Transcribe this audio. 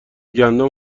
گندم